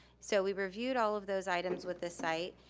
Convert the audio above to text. so we've reviewed all of those items with this site,